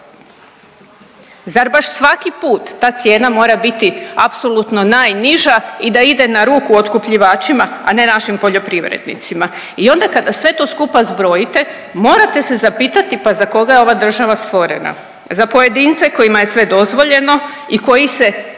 Zar baš svaki put ta cijena mora biti apsolutno najniža i da ide na ruku otkupljivačima, a ne našim poljoprivrednicima i onda kada sve to skupa zbrojite, morate se zapitati pa za koga je ova država stvorena. Za pojedince kojima je sve dozvoljeno i koji se